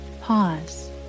pause